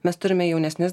mes turime jaunesnes